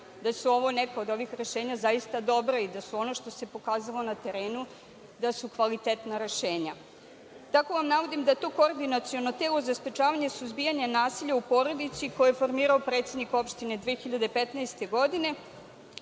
da su ovo neko od ovih rešenja zaista dobro i da se ono što se pokazalo na terenu da su kvalitetna rešenja. Navodim da to Koordinaciono telo za sprečavanje suzbijanja nasilja u porodici, koje je formirao predsednik opštine 2015. godine,